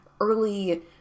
early